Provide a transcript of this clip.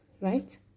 right